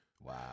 Wow